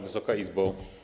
Wysoka Izbo!